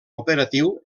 operatiu